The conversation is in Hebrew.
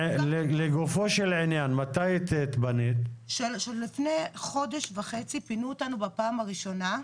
אנחנו התפנינו לפני חודש וחצי בפעם הראשונה.